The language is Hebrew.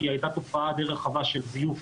כי הייתה תופעה די רחבה של זיוף